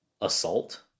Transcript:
assault